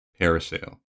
Parasail